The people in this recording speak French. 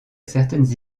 certaines